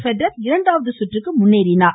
Federer இரண்டாவது சுற்றுக்கு முன்னேறினார்